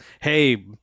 hey